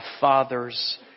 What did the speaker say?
father's